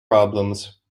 problems